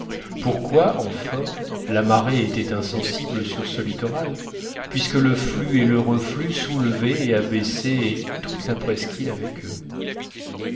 pourquoi enfin la marée était insensible sur ce littoral puisque le flux et le reflux soulevaient et abaissaient toute la presqu'île avec eux